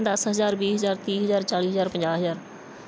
ਦਸ ਹਜ਼ਾਰ ਵੀਹ ਹਜ਼ਾਰ ਤੀਹ ਹਜ਼ਾਰ ਚਾਲ੍ਹੀ ਹਜ਼ਾਰ ਪੰਜਾਹ ਹਜ਼ਾਰ